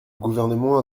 gouvernement